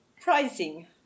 Pricing